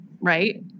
right